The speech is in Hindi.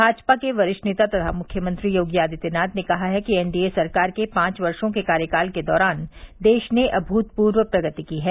भाजपा के वरिष्ठ नेता तथा मुख्यमंत्री योगी आदित्यनाथ ने कहा है कि एनडीए सरकार के पांच वर्षो के कार्यकाल के दौरान देश ने अभूतपूर्व प्रगति की है